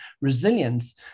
resilience